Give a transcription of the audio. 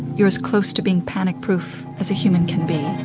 you're as close to being panic proof as a human can be.